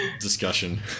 discussion